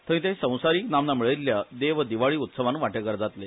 थंय ते संवसारिक नामना मेळयल्ल्या देव दिवाळी उत्सवान वांटेकार जातले